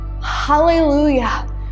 Hallelujah